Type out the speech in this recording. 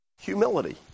humility